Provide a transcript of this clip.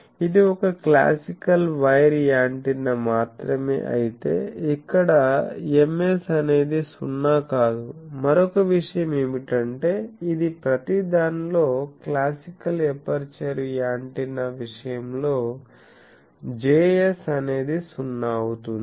ఇది ఒక classical wire antenna మాత్రమే అయితే ఇక్కడ Ms అనేది 0 కాదు మరొక విషయం ఏమిటంటే ఇది ప్రతిదానిలో క్లాసికల్ ఎపర్చరు యాంటెన్నా విషయంలో Js అనేది 0 అవుతుంది